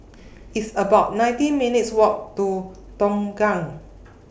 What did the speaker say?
It's about nineteen minutes' Walk to Tongkang